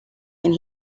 and